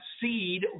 seed